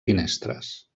finestres